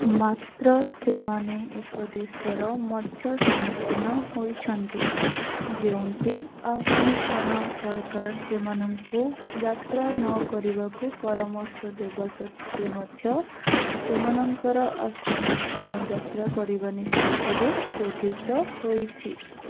ମାତ୍ର ସେମାନେ ଏକ ଦେଶର ମଧ୍ୟ ସମ୍ମୁଖୀନ ହୋଇଛନ୍ତି ଯେଉଁଠି ଆଫଗାନିସ୍ତାନ ସରକାର ସେମାନଙ୍କୁ ଯାତ୍ରା ନକରିବାକୁ ପରାମର୍ଶ ଦେବା ସତ୍ତ୍ୱେ ମଧ୍ୟ ସେମାନଙ୍କର ଆଫଗାନିସ୍ତାନ ଯାତ୍ରା କରିବା ନିଷ୍ପତ୍ତିରେ କ୍ରୋଧିତ ହୋଇଛି